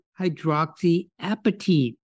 hydroxyapatite